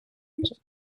used